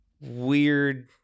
weird